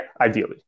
ideally